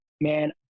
man